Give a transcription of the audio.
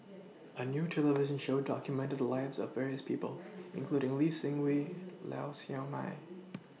A New television Show documented The Lives of various People including Lee Seng Wee Lau Siew Mei